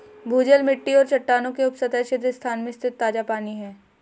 भूजल मिट्टी और चट्टानों के उपसतह छिद्र स्थान में स्थित ताजा पानी है